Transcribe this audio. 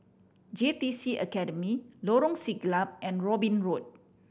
J T C Academy Lorong Siglap and Robin Road